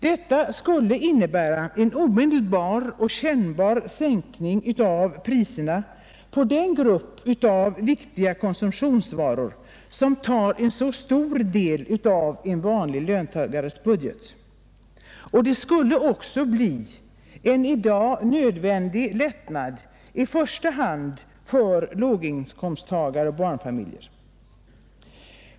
Detta skulle innebära en omedelbar och kännbar sänkning av priserna på den grupp av viktiga konsumtionsvaror som tar en så stor del av en vanlig löntagares budget. Det skulle också bli en i dag nödvändig lättnad i första hand för låginkomsttagare och barnfamiljer.